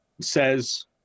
says